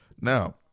Now